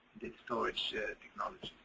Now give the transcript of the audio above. storage technology.